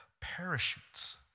parachutes